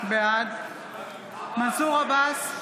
בעד מנסור עבאס,